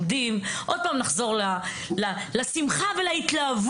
עוד פעם נחזור לזה שיש אנשים שעומדים ואנשים בשמחה והתלהבות.